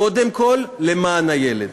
קודם כול למען הילד.